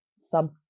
sub